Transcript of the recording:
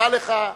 דע לך,